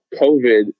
COVID